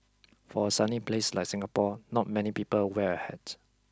for a sunny place like Singapore not many people wear a hat